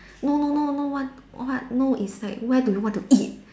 no no no no one what no is like where do you want to eat